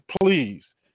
please